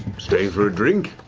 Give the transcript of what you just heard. stay for a drink?